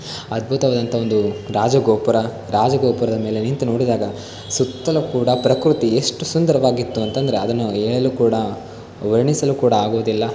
ಅದ್ಭುತವಾದಂಥ ಒಂದು ರಾಜಗೋಪುರ ರಾಜಗೋಪುರದ ಮೇಲೆ ನಿಂತು ನೋಡಿದಾಗ ಸುತ್ತಲೂ ಕೂಡ ಪ್ರಕೃತಿ ಎಷ್ಟು ಸುಂದರವಾಗಿತ್ತು ಅಂತಂದರೆ ಅದನ್ನು ಹೇಳಲು ಕೂಡ ವರ್ಣಿಸಲು ಕೂಡ ಆಗುವುದಿಲ್ಲ